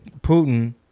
Putin